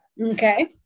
Okay